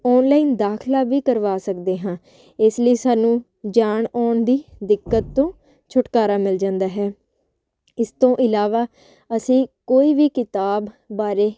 online ਦਾਖਲਾ ਵੀ ਕਰਵਾ ਸਕਦੇ ਹਾਂ ਇਸ ਲਈ ਸਾਨੂੰ ਜਾਣ ਆਉਣ ਦੀ ਦਿੱਕਤ ਤੋਂ ਛੁਟਕਾਰਾ ਮਿਲ ਜਾਂਦਾ ਹੈ ਇਸ ਤੋਂ ਇਲਾਵਾ ਅਸੀਂ ਕੋਈ ਵੀ ਕਿਤਾਬ ਬਾਰੇ